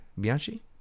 Bianchi